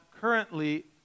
currently